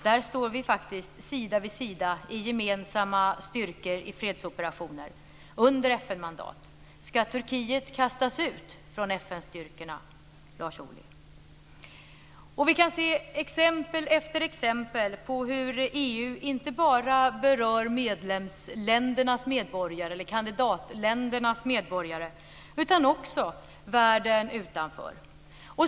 Där står vi faktiskt sida vid sida i gemensamma styrkor i fredsoperationer under FN-mandat. Ska Turkiet kastas ut från FN Vi kan se exempel efter exempel på hur EU inte bara berör medlemsländernas eller kandidatländernas medborgare utan också världen utanför.